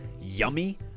Yummy